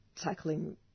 tackling